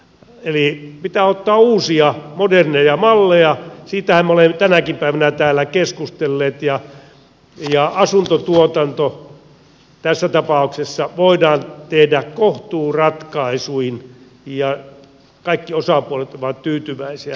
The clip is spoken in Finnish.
eli pitää ottaa uusia moderneja malleja siitähän me olemme tänäkin päivänä täällä keskustelleet ja asuntotuotanto tässä tapauksessa voidaan tehdä kohtuuratkaisuin ja kaikki osapuolet ovat tyytyväisiä